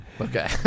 Okay